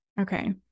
Okay